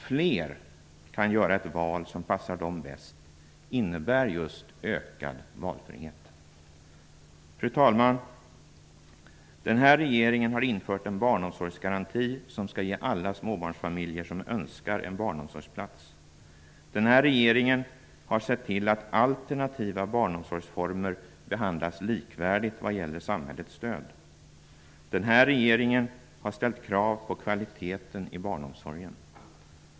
Fler kan göra ett val som passar dem bäst. Det är innebörden av ökad valfrihet. Fru talman! Den här regeringen har infört en barnomsorgsgaranti som skall ge alla småbarnsfamiljer som så önskar en barnomsorgsplats. Den här regeringen har sett till att alternativa barnomsorgsformer behandlas likvärdigt vad gäller samhällets stöd. Den här regeringen har ställt krav på kvaliteten i barnomsorgen.